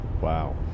Wow